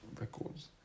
records